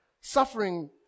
suffering